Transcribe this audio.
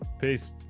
Peace